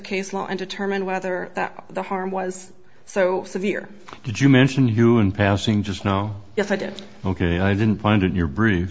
case law and determine whether the harm was so severe did you mention you in passing just now yes i did ok i didn't find in your brief